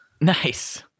Nice